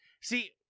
see